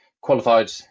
qualified